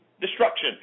destruction